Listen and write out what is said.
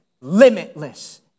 limitless